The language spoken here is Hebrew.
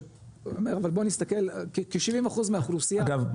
שאומר אבל בוא נסתכל כ-70% מהאוכלוסייה -- אגב,